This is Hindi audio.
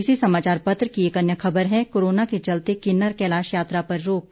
इसी समाचार पत्र की एक अन्य खबर है कोरोना के चलते किन्नर कैलाश यात्रा पर रोक